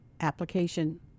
application